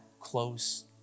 close